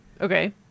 Okay